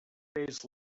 days